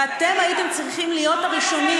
ואתם הייתם צריכים להיות הראשונים,